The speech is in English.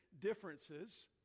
differences